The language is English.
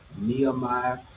Nehemiah